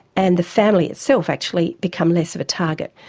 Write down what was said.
and the family itself actually become less of a target.